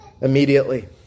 Immediately